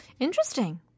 Interesting